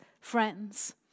friends